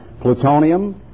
plutonium